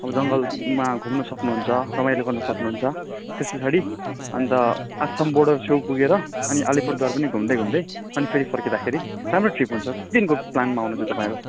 अब जङ्गलमा घुम्नु सक्नु हुन्छ रमाइलो गर्न सक्नु हुन्छ त्यस पछाडि अन्त असम बर्डर छेउ पुगेर अनि अलिपुरद्वार पनि घुम्दै घुम्दै अनि फेरि फर्कँदाखेरि राम्रो ट्रिप हुन्छ कति दिनको प्लानमा आउनु हुन्छ तपाईँहरू